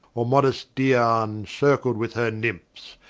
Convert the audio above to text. or modest dyan, circled with her nymphs,